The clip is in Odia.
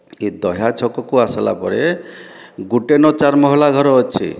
ଏ ଦହ୍ୟା ଛକକୁ ଆସିଲା ପରେ ଗୁଟେନ ଚାର୍ ମହଲା ଘର ଅଛି